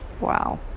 Wow